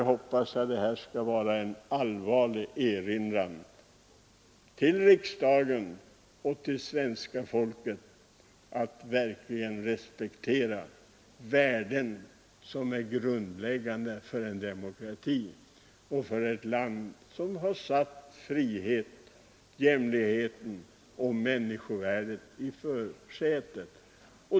Jag hoppas att detta skall vara en allvarlig erinran för riksdagen och för svenska folket om att verkligen respektera värden som är grundläggande för en demokrati och för ett land som har satt friheten, jämlikheten och människovärdet i högsätet.